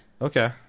Okay